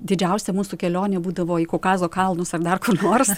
didžiausia mūsų kelionė būdavo į kaukazo kalnus ar dar kur nors